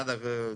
אגב,